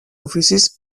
oficis